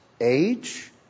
age